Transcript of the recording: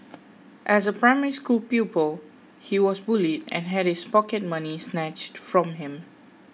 as a Primary School pupil he was bullied and had his pocket money snatched from him